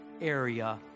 area